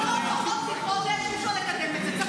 שלמה, בפחות מחודש אי-אפשר לקדם את זה.